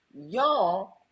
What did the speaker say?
Y'all